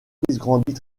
grandit